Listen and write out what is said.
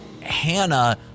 Hannah